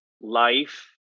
life